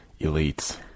elites